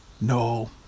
No